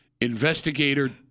Investigator